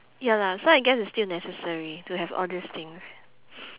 ya lah so I guess it's still necessary to have all these things